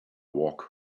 walk